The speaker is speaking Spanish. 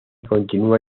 continúa